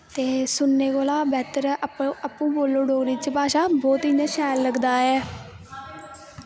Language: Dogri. ते सुनने कोला दा बैह्तर ऐ आपूं बोलो डोगरी च भाशा बौह्त इ'यां शैल लगदा ऐ